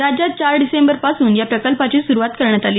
राज्यात चार डिसेंबर पासून या प्रकल्पाची सुरूवात करण्यात आली